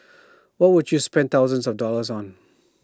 what would you spend thousands of dollars on